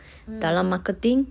dalam marketing